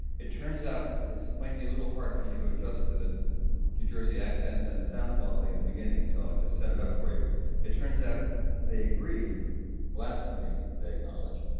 it turns out it might be a little hard for you to adjust to the new jersey accentsand the sound quality in the beginning, so i'll just set it up for you it turns out they agree blasphemy, they acknowledge,